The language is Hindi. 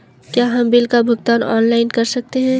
क्या हम बिल का भुगतान ऑनलाइन कर सकते हैं?